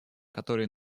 которые